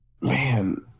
man